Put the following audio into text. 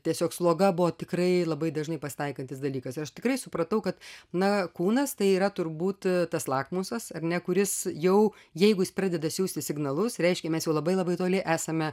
tiesiog sloga buvo tikrai labai dažnai pasitaikantis dalykas ir aš tikrai supratau kad na kūnas tai yra turbūt tas lakmusas ar ne kuris jau jeigu jis pradeda siųsti signalus reiškia mes jau labai labai toli esame